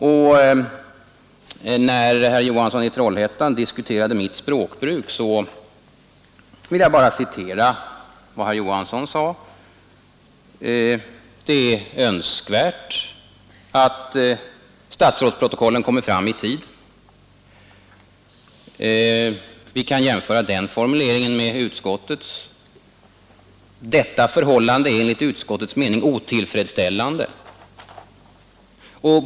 Eftersom herr Johansson i Trollhättan diskuterade mitt språkbruk vill jag bara citera vad herr Johansson sade: Det är önskvärt att statsrådsprotokollen kommer fram i tid. Vi kan jämföra den formuleringen med utskottets: Detta förhållande är enligt utskottets mening otillfredsställande.